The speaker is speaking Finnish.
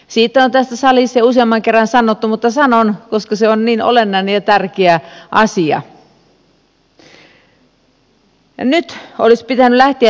siitä on tässä salissa jo useamman kerran sanottu mutta sanon koska se on niin olennainen ja tärkeä asia että nyt olisi pitänyt lähteä tähän lisätalousarvioon varaamaan määräraha